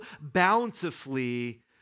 bountifully